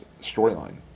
storyline